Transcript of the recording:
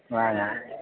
ആ ഞാൻ